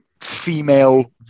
female